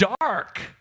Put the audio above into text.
dark